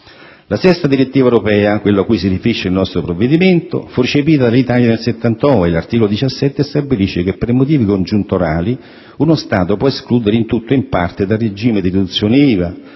La VI direttiva europea, quella cui si riferisce il nostro provvedimento, fu recepita dall'Italia nel 1979 e all'articolo 17 stabilisce che per motivi congiunturali uno Stato può escludere in tutto o in parte dal regime di deduzione IVA